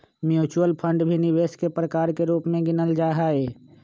mutual fund भी निवेश के प्रकार के रूप में गिनल जाहई